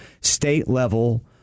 state-level